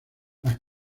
las